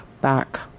back